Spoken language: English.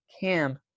Cam